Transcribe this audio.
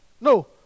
No